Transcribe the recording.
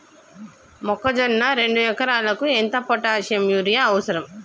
మొక్కజొన్న రెండు ఎకరాలకు ఎంత పొటాషియం యూరియా అవసరం?